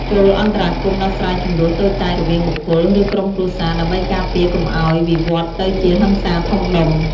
ចូលអន្តរាគមន៍ដោះស្រាយជម្លោះតូចតាចរវាងបុគ្គល ឬក្រុមគ្រួសារ ដើម្បីការពារកុំឱ្យវិវឌ្ឍន៍ទៅជាហិង្សាធំដុំ។